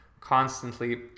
constantly